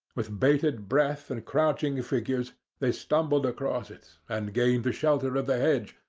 with bated breath and crouching figures they stumbled across it, and gained the shelter of the hedge,